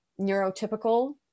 neurotypical